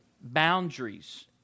boundaries